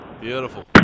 Beautiful